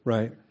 Right